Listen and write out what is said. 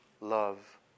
love